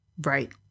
Right